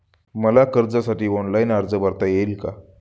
मला कर्जासाठी ऑनलाइन अर्ज भरता येईल का?